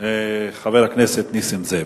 הדובר האחרון יהיה חבר הכנסת נסים זאב.